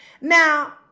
Now